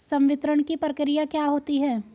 संवितरण की प्रक्रिया क्या होती है?